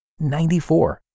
94